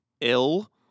ill